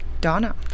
Donna